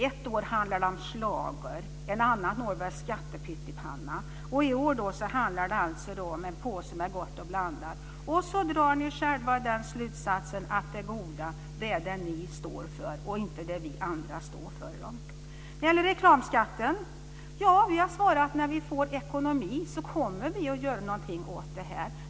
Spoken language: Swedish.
Ett år handlar det om schlagrar och ett annat år om en skattepyttipanna. I år handlar det om en påse Gott & Blandat. Sedan drar ni själva slutsatsen att det goda är det som ni moderater står för, inte det som vi andra står för. Ja, när det gäller reklamskatten har vi svarat att vi när vi får ekonomi kommer att göra något åt detta.